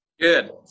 Good